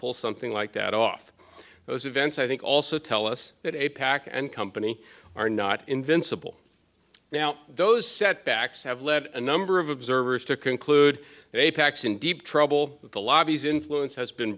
pull something like that off those events i think also tell us that a pack and company are not invincible now those setbacks have led a number of observers to conclude they pax in deep trouble with the lobbies influence has been